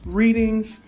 readings